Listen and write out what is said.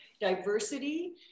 Diversity